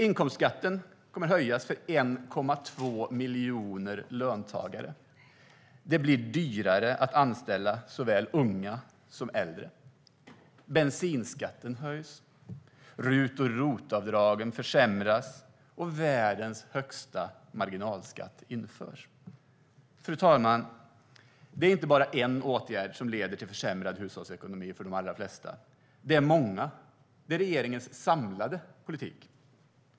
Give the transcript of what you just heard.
Inkomstskatten kommer att höjas för 1,2 miljoner löntagare. Det blir dyrare att anställa såväl unga som äldre. Bensinskatten höjs. RUT och ROT-avdragen försämras, och världens högsta marginalskatt införs. Fru talman! Det är inte bara en åtgärd som leder till försämrad hushållsekonomi för de allra flesta, utan det är många. Det är regeringens samlade politik.